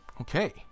Okay